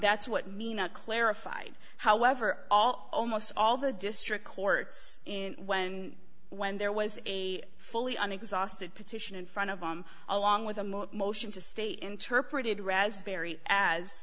that's what nina clarified however all almost all the district courts in when when there was a fully and exhausted petition in front of them along with a motion to stay interpreted raspberry a